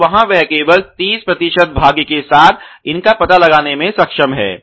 और वहाँ वह केवल 30 प्रतिशत भाग्य के साथ इनका पता लगाने में सक्षम है